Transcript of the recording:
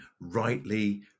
rightly